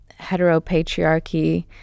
heteropatriarchy